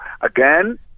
Again